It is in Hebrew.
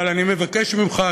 אבל אני מבקש ממך,